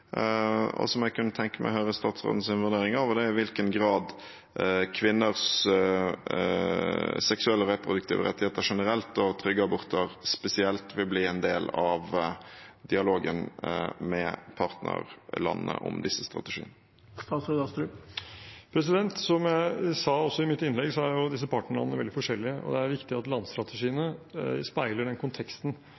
og som jeg kunne tenke meg å høre statsrådens vurdering av. Det er i hvilken grad kvinners seksuelle og reproduktive rettigheter generelt og trygge aborter spesielt vil bli en del av dialogen med partnerlandene om disse strategiene. Som jeg også sa i mitt innlegg, er partnerlandene veldig forskjellige, og det er viktig at landstrategiene